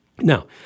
Now